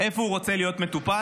איפה הוא רוצה להיות מטופל,